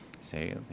say